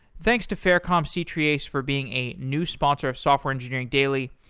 thanks to faircom c-treeace for being a new sponsor of software engineering daily,